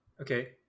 Okay